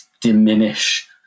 diminish